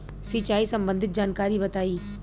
सिंचाई संबंधित जानकारी बताई?